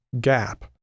gap